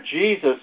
Jesus